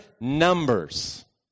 numbers